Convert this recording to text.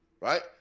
Right